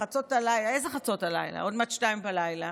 עוד מעט 02:00,